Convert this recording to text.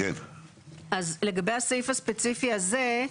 אז לגבי הסעיף הספציפי הזה,